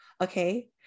Okay